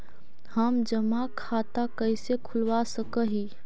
हम जमा खाता कैसे खुलवा सक ही?